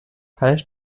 پنج